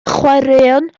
chwaraeon